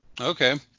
Okay